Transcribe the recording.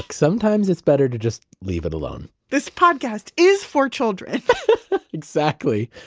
sometimes it's better to just leave it alone this podcast is for children exactly,